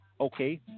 Okay